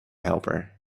helper